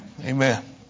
Amen